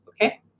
okay